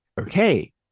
okay